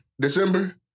December